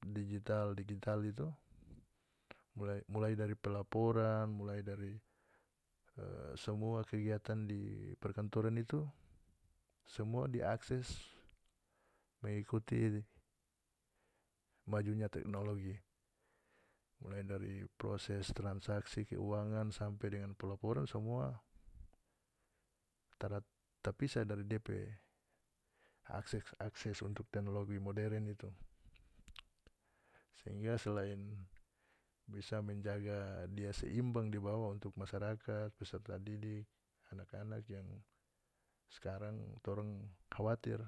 Digital-digital itu mula mulai dari pelaporan mulai dari samua kegiatan di perkantoran itu semua diakses mengikuti majunya teknologi mulai dari proses transaksi keuangan sampe dengan palaporan samua tara tapisah dari dia pe akses-akses untuk teknologi modern itu sehingga selain bisa menjaga dia seimbang dibawa untuk masyarakat peserta didik anak-anak yang skarang torang khawatir